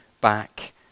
back